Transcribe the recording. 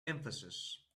emphasis